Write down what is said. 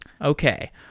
Okay